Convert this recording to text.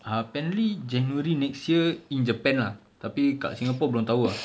uh apparently january next year in japan lah tapi kat singapore belum tahu ah